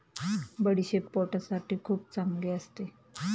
बडीशेप पोटासाठी खूप चांगली असते